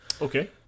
Okay